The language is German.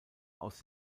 aus